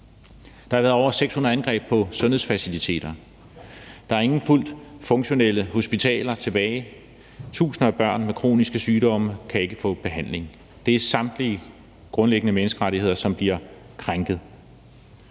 Der har været over 600 angreb på sundhedsfaciliteter. Der er ingen fuldt funktionelle hospitaler tilbage. Tusinder af børn med kroniske sygdomme kan ikke få handling. Det er samtlige grundlæggende menneskerettigheder, som bliver krænket.